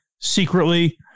secretly